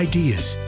ideas